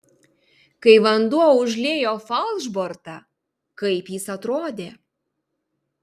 kai vanduo užliejo falšbortą kaip jis atrodė